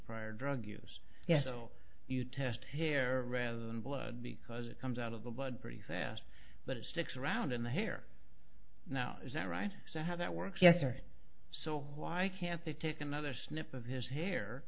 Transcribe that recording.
prior drug use yes so you test here rather than blood because it comes out of the blood pretty fast but it sticks around in the hair now is that right so how that works yes or so why can't they take another snip of his hair